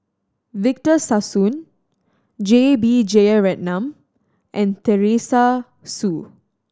Victor Sassoon J B Jeyaretnam and Teresa Hsu